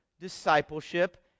discipleship